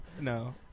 no